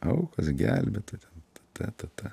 aukos gelbėto ten ta tata